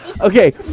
Okay